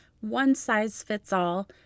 one-size-fits-all